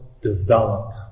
develop